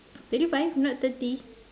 thirty five not thirty